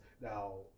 Now